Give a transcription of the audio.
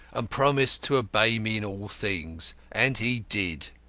and promised to obey me in all things. and he did.